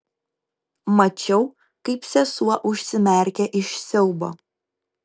mačiau kaip sesuo užsimerkia iš siaubo